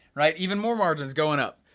right, even more margins going up,